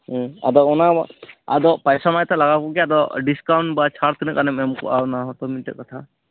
ᱟᱫᱚ ᱚᱱᱟ ᱢᱟ ᱟᱫᱚ ᱯᱚᱭᱥᱟ ᱢᱟ ᱮᱱᱛᱮᱫ ᱞᱟᱜᱟᱣ ᱠᱚᱜ ᱜᱮ ᱟᱫᱚ ᱰᱤᱥᱠᱟᱭᱩᱱᱴ ᱵᱟ ᱪᱷᱟᱲ ᱛᱤᱱᱟᱜ ᱜᱟᱱᱮᱢ ᱮᱢ ᱠᱚᱜᱼᱟ ᱚᱱᱟ ᱦᱚᱛᱚ ᱢᱤᱫᱴᱮᱡ ᱠᱟᱛᱷᱟ